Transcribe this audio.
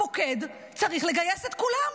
הפוקד צריך לגייס את כולם,